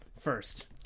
First